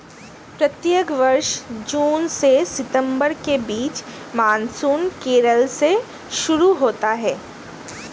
प्रत्येक वर्ष जून से सितंबर के बीच मानसून केरल से शुरू होता है